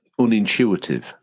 unintuitive